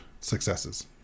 successes